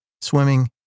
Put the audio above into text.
swimming